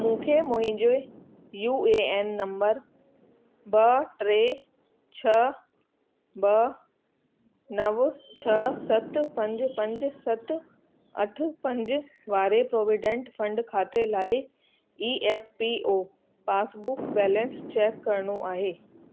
मूंखे मुंहिंजे U A N number ॿ टे छह ॿ नव छह सत पंज पंज सत अठ पंज वारे प्रोविडेन्ट फंड खाते लाइ E P F O passbook balance check करिणो आहे